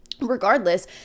regardless